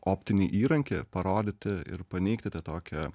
optinį įrankį parodyti ir paneigti tą tokią